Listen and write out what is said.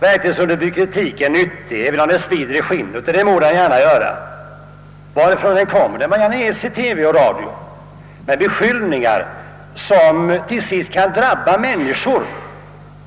Verklighetsunderbyggd kritik är nyttig varifrån den än kommer och även om den svider i skinnet — det må den gärna göra. Den må även ges i radio-TV. Beskyllningar som till sist kan drabba människor